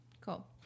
Cool